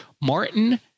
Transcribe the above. Martin